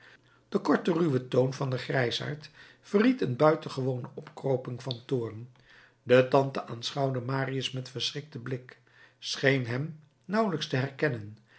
de korte ruwe toon van den grijsaard verried een buitengewone opkropping van toorn de tante aanschouwde marius met verschrikten blik scheen hem nauwelijks te herkennen